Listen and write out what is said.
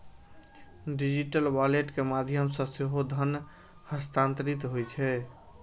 digital wallet के माध्यम सं सेहो धन हस्तांतरित होइ छै